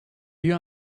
you